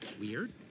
Weird